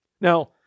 Now